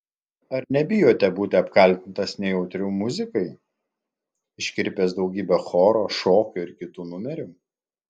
ar nebijote būti apkaltintas nejautriu muzikai iškirpęs daugybę choro šokio ir kitų numerių